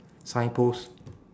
signpost